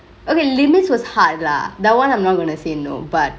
okay linus was hard lah that one I'm not gonna say no but